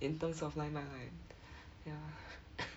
in terms of line by line ya